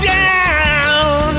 down